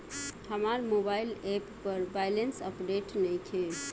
हमार mobile app पर balance update नइखे